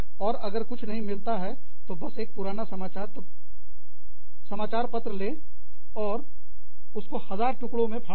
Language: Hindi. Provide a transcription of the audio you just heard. और अगर कुछ नहीं मिलता है तो बस एक पुराना समाचार पत्र ले और उसको हजार टुकड़ों में फाड़ दे